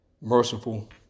merciful